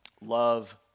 love